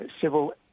civil